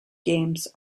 games